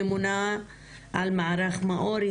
ממונה על מערך מאו"ר,